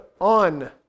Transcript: on